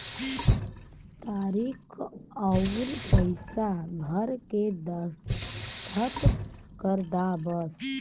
तारीक अउर पइसा भर के दस्खत कर दा बस